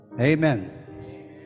Amen